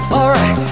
Alright